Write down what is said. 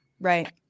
right